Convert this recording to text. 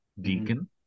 deacon